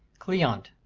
cleante.